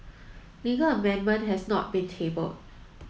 legal amendment has not been tabled